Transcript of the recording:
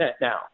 now